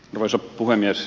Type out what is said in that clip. arvoisa puhemies